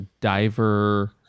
diver